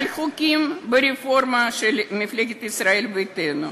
על החוקים ברפורמה של מפלגת ישראל ביתנו.